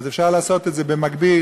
אפשר לעשות את זה במקביל.